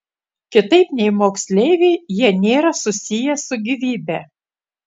kitaip nei moksleiviai jie nėra susiję su gyvybe